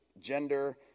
gender